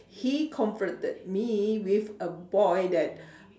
he confronted me with a boy that